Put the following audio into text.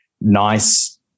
nice